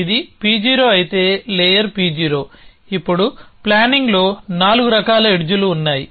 ఇది P0 అయితే layer P0 ఇప్పుడు ప్లానింగ్లో నాలుగు రకాల ఎడ్జ్ లు ఉన్నాయి